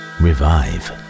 revive